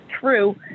true